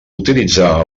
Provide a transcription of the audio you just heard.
utilitzar